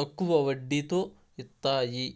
తక్కువ వడ్డీతో ఇత్తాయి